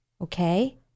okay